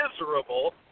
miserable